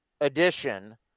edition